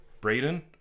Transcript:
Braden